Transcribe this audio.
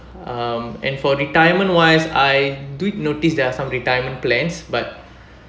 um and for retirement wise I do notice there are some retirement plans but